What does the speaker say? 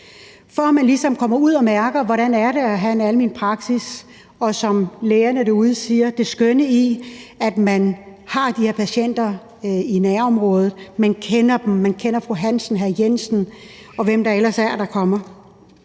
for at man ligesom kommer ud og mærker, hvordan det er at have en almen praksis og, som lægerne derude siger, mærker det skønne i, at man har de her patienter i nærområdet og kender dem; man kender fru Hansen, hr. Jensen, og hvem det ellers er, der kommer.